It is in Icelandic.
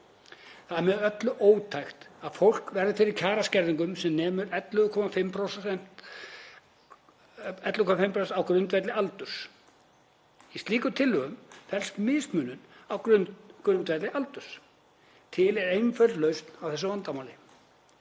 Það er með öllu ótækt að fólk verði fyrir kjaraskerðingu sem nemur 11,5% á grundvelli aldurs. Í slíkri tilhögun felst mismunun á grundvelli aldurs. Til er einföld lausn á þessu vandamáli.